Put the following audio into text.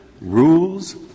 rules